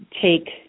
take